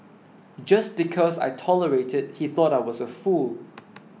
just because I tolerated he thought I was a fool